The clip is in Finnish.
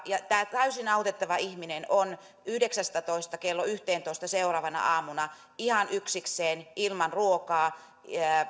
tämä täysin autettava ihminen on kello yhdeksästätoista kello yhteentoista seuraavana aamuna ihan yksikseen ilman ruokaa